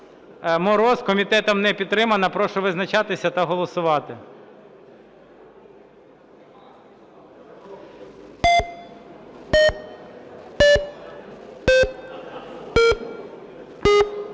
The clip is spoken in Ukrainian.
Мороз. Комітетом не підтримана. Прошу визначатися та голосувати.